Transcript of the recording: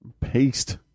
paste